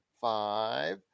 five